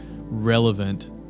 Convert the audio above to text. relevant